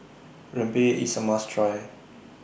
Rempeyek IS A must Try